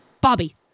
Bobby